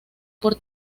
por